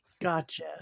Gotcha